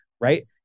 Right